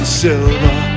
silver